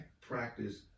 practice